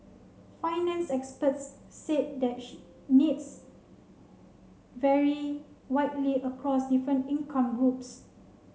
finance experts said the needs vary widely across different income groups